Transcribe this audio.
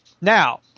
Now